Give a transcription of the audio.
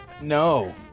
No